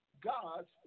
God's